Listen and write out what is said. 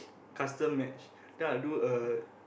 custom match then I will do a